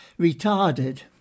retarded